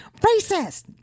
racist